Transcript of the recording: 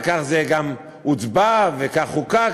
וכך זה גם הוצבע וכך חוקק,